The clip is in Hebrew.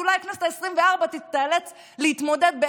אולי הכנסת העשרים-וארבע תיאלץ להתמודד עם